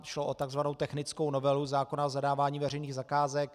Šlo o takzvanou technickou novelu zákona o zadávání veřejných zakázek.